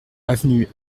avenue